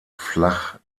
flach